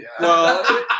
no